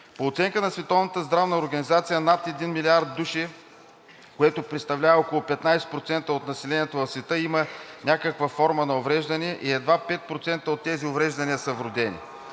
По оценка на СЗО над един милиард души, което представлява около 15% от населението в света, има някаква форма на увреждане и едва 5% от тези увреждания са вродени.